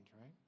right